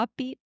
upbeat